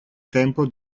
tempo